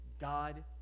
God